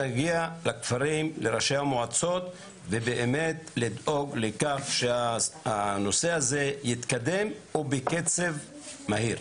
נגיע לכפרים ולראשי המועצות כדי לדאוג לכך שהנושא הזה יתקדם בקצב מהיר.